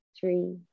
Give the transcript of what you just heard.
three